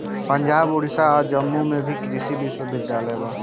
पंजाब, ओडिसा आ जम्मू में भी कृषि विश्वविद्यालय बा